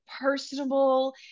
personable